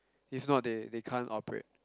if not they they can't operate